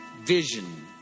vision